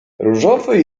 różowy